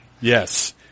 Yes